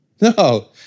No